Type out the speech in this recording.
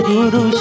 Guru